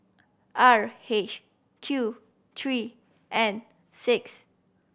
R H Q three N six